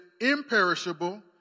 imperishable